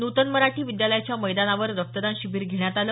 नूतन मराठी विद्यालयाच्या मैदानावर रक्तदान शिबीर घेण्यात आलं